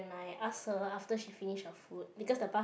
I ask her after she finished her food because the bus